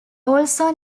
also